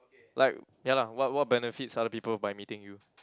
like ya lah what what benefits other people by meeting you